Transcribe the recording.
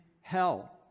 hell